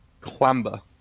clamber